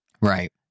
right